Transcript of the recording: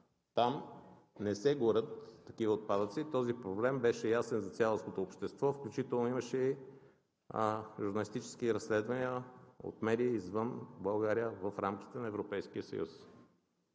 там не се горят такива отпадъци. Този проблем беше ясен за цялото общество, включително имаше журналистически разследвания от медии извън България, в рамките на Европейския съюз.